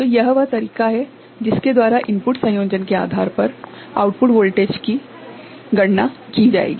तो यह वह तरीका है जिसके द्वारा इनपुट संयोजन के आधार पर आउटपुट वोल्टेज की गणना की जाएगी